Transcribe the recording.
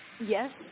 Yes